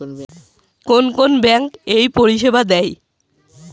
কোন কোন ব্যাঙ্ক এই পরিষেবা দেয়?